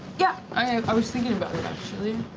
yeah, i was thinking about it,